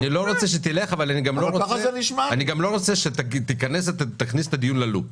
אני לא רוצה שתלך אבל אני גם לא רוצה שתכניס את הדיון ל-loop.